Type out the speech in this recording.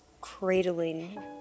cradling